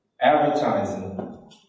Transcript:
advertising